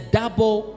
double